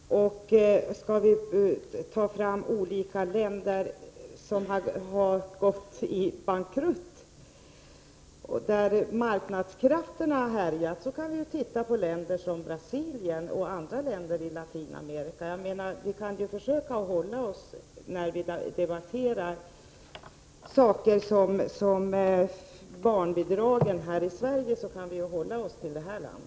Fru talman! Det skulle vara befriande om vi här i kammaren kunde föra en debatt som handlade om vårt land. Skall vi ta fram olika länder som har gjort bankrutt kan vi titta på länder där marknadskrafterna har härjat som Brasilien och andra latinamerikanska länder. Men när vi debatterar saker som barnbidragen här i Sverige kan vi, menar jag, hålla oss till vårt land.